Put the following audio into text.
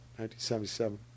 1977